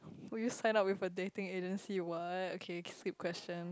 will you sign up with a dating agency what okay skip question